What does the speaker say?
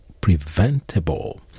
preventable